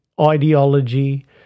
ideology